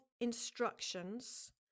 instructions